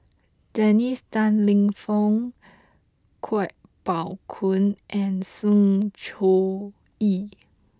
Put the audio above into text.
Dennis Tan Lip Fong Kuo Pao Kun and Sng Choon Yee